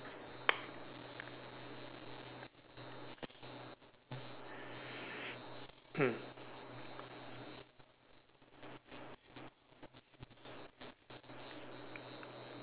mm